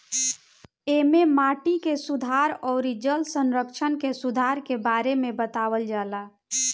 एमे माटी के सुधार अउरी जल संरक्षण के सुधार के बारे में बतावल जाला